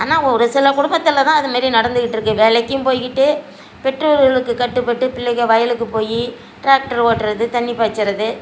ஆனால் ஒரு சில குடும்பத்தில் தான் அது மாரி நடந்துகிட்டிருக்கு வேலைக்கும் போய்கிட்டு பெற்றோர்களுக்கு கட்டுப்பட்டு பிள்ளைகள் வயலுக்கு போய் டிராக்டரு ஓட்டுறது தண்ணி பாய்ச்சுறது